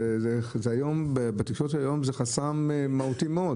זה היום חסם מהותי מאוד